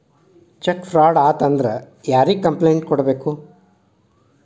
check fraud ಆತಂದ್ರ ಯಾರಿಗ್ complaint ಕೂಡ್ಬೇಕು